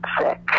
sick